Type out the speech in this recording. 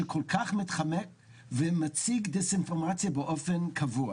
שכל כך מתחמק ומציג דיסאינפורמציה באופן קבוע.